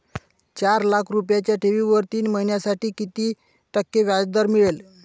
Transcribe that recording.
चार लाख रुपयांच्या ठेवीवर तीन महिन्यांसाठी किती टक्के व्याजदर मिळेल?